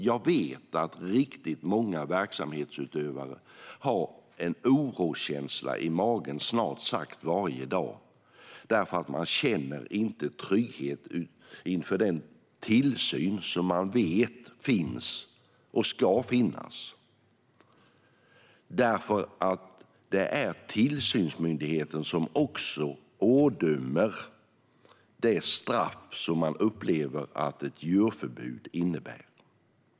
Jag vet att riktigt många verksamhetsutövare har en oroskänsla i magen snart sagt varje dag därför att de inte känner trygghet inför den tillsyn som man vet finns och ska finnas. Det är tillsynsmyndigheten som också ådömer det straff som man upplever att ett djurförbud innebär.